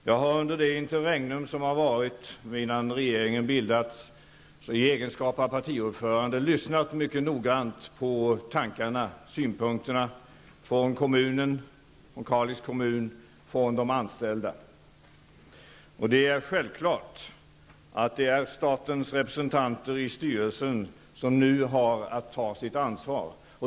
Jag har, under det interregnum som har varit innan regeringen bildades, i egenskap av partiordförande lyssnat mycket noggrant på tankegångarna och synpunkterna från Kalix kommun och från de anställda. Det är självklart att det är statens respresentanter i styrelsen som nu har att ta sitt ansvar.